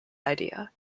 idea